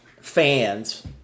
fans